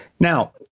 Now